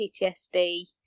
PTSD